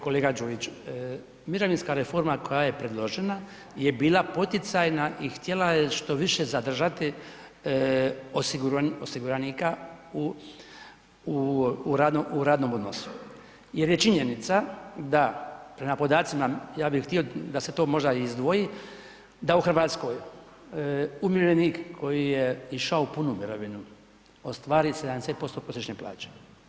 Kolega Đujić, mirovinska reforma koja je predložena je bila poticajna i htjela je što više zadržati osiguranika u radnom odnosu jer je činjenica da prema podacima, ja bih htio da se to možda i izdvoji, da u Hrvatskoj umirovljenik koji je išao u punu mirovinu ostvari 70% prosječne plaće.